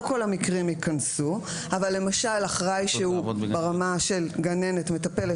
לא כל המקרים ייכנסו אבל למשל אחראי שהוא ברמה של גננת-מטפלת,